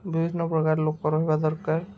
ବିଭିନ୍ନ ପ୍ରକାର ଲୋକ ରହିବା ଦରକାର